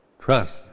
trust